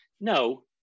no